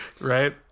Right